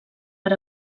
per